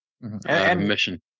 mission